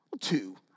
two